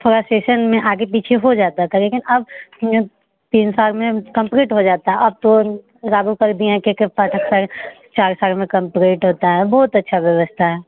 थोड़ा सेशन में आगे पीछे हो जाता था लेकिन अब तीन साल में कम्पलीट हो जाता अब तो लागु कर दिए हैं कि कि पाठक साल चार साल में कम्पलीट होता है बहुत अच्छी व्यवस्था है